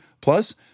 Plus